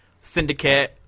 Syndicate